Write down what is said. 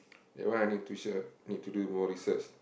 that one I need to sure need to do more research